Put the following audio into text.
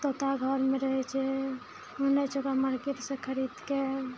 तोताके घरमे रहै छै कीनै छै ओकरा मार्केट से खरीदके